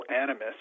animus